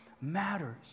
matters